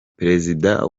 perezida